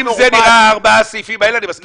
אם זה נראה הארבעה הסעיפים האלה, אני מסכים איתך.